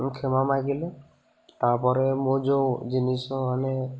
ମୁଁ କ୍ଷମା ମାଗିଲେ ତା'ପରେ ମୁଁ ଯେଉଁ ଜିନିଷ ମାନେ